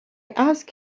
asked